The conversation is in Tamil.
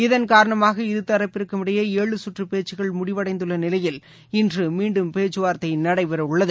இதன் காரணமாக இருதரப்பிற்கும் இடையே ஏழு சுற்று பேச்சுக்கள் முடிவடைந்துள்ள நிலையில் இன்று மீண்டும் பேச்சுவார்த்தை நடைபெறவுள்ளது